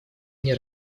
мне